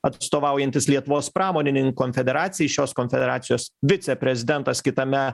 atstovaujantis lietuvos pramonininkų konfederacijai šios konfederacijos viceprezidentas kitame